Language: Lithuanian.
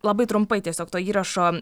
labai trumpai tiesiog to įrašo